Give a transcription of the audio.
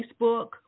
Facebook